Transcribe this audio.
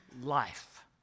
life